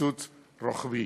מקיצוץ רוחבי.